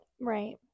Right